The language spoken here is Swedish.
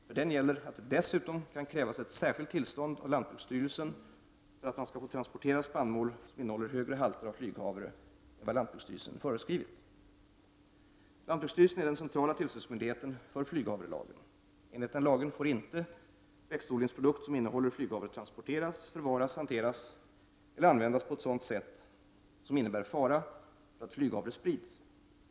För den gäller att det dessutom kan krävas ett särskilt tillstånd av lantbruksstyrelsen för att man skall få transportera spannmål som innehåller högre halter av flyghavre än Lantbruksstyrelsen är den centrala tillsynsmyndigheten för flyghavrelagen. Enligt lagen får inte växtodlingsprodukt som innehåller flyghavre transporteras, förvaras, hanteras eller slutanvändas på ett sådant sätt som innebär fara för att flyghavre sprids.